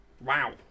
Wow